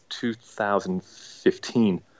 2015